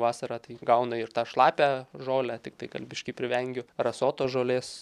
vasarą tai gauna ir tą šlapią žolę tiktai kad biški privengiu rasotos žolės